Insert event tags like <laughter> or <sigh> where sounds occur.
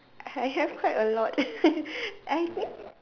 I have heard a lot <laughs> I think